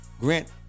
grant